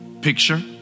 picture